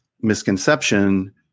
misconception